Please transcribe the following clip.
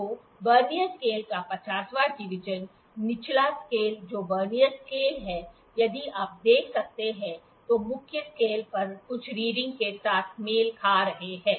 तो vernier scale का 50 वां डिवीजन निचला स्केल जो वर्नियर स्केल है यदि आप देख सकते हैं तो मुख्य स्केल पर कुछ रीडिंग के साथ मेल खा रहे हैं